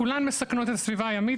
כולן מסכנות את הסביבה הימית.